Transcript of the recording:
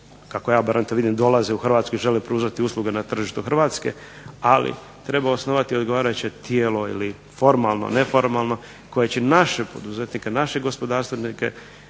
kako ja barem to vidim, dolaze u Hrvatsku i žele pružati usluge na tržištu Hrvatske, ali treba osnovati odgovarajuće tijelo ili formalno, neformalno koje će naše poduzetnike, naše gospodarstvenike